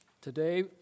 Today